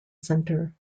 centre